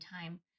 time